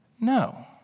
No